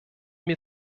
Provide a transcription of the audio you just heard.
mir